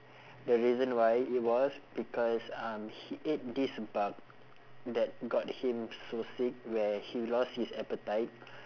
the reason why it was because um he ate this bug that got him so sick where he lost his appetite